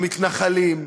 המתנחלים,